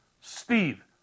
Steve